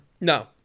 No